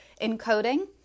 encoding